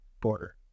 border